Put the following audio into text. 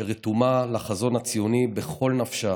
שרתומה לחזון הציוני בכל נפשה,